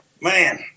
Man